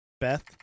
Beth